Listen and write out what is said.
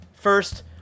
First